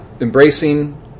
embracing